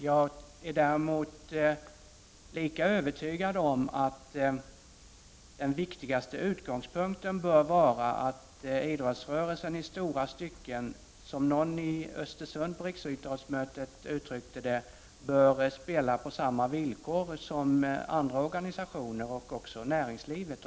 Jag är däremot lika övertygad om att den viktigaste utgångspunkten bör vara att idrottsrörelsen i stora stycken, som någon på riksidrottsmötet i Östersund uttryckte det, bör spela på samma villkor som andra organisationer och även näringslivet.